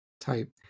type